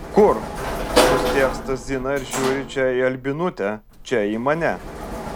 kur nustėrsta zina ir žiūri čia į albinutę čia į mane